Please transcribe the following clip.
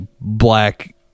black